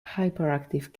hyperactive